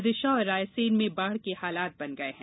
विदिशा और रायसेन में बाढ के हालात बन गए हैं